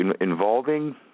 involving